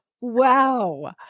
Wow